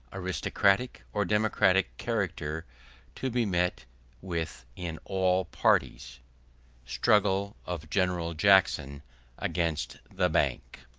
aristocratic or democratic character to be met with in all parties struggle of general jackson against the bank.